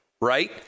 Right